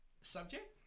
subject